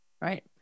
Right